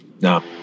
No